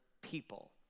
people